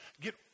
get